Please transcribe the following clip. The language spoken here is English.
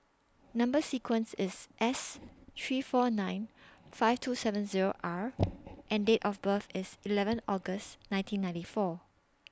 Number sequence IS S three four nine five two seven Zero R and Date of birth IS eleven August nineteen ninety four